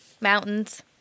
mountains